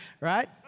right